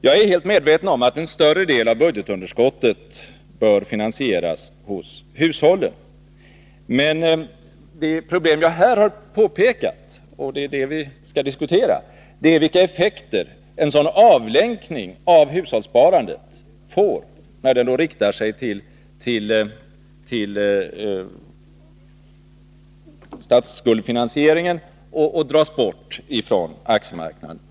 Jag är helt medveten om att en större del av budgetunderskottet bör finansieras hos hushållen, men det problem jag här har pekat på — och det är det vi skall diskutera — är vilka effekter en sådan avlänkning av hushållssparandet får, när det riktas mot statsskuldsfinansieringen och dras bort från aktiemarknaden.